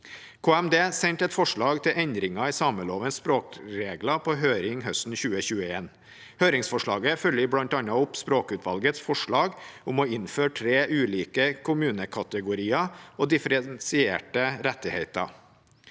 sendte et forslag til endringer i samelovens språkregler på høring høsten 2021. Høringsforslaget følger bl.a. opp språkutvalgets forslag om å innføre tre ulike kommunekategorier og differensierte rettigheter.